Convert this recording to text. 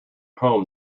home